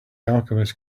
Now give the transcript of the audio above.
alchemist